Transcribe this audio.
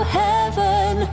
heaven